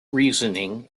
reasoning